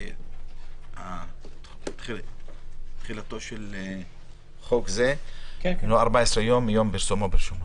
גם שתחילתו של חוק זה הינו 14 יום מיום פרסומו ברשומות.